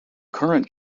current